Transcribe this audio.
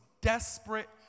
desperate